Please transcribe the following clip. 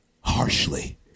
harshly